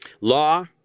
Law